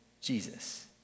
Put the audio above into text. Jesus